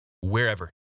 wherever